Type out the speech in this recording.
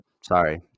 Sorry